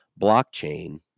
blockchain